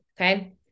Okay